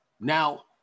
Now